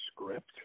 script